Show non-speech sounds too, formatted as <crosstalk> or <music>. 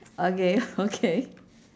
okay <laughs> okay